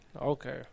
Okay